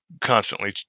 constantly